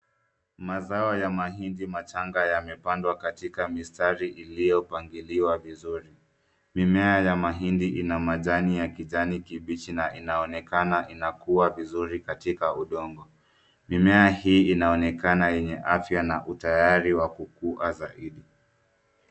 Mazao ya mahindi machanga yamepandwa katika mistari iliyopangiliwa vizuri. Mimea ya mahindi ina majani ya kijani kibichi na inaonekana inakua vizuri katika udongo. Mimea hii inaonekana yenye afya na utayari wa kukua zaidi.